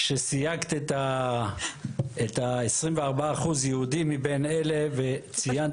שסייגת את ה- 24 אחוז היהודים מבין אלה וציינת